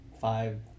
Five